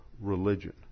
religion